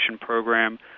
program